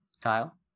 Kyle